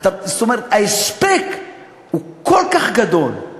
זאת אומרת, ההספק הוא כל כך גדול,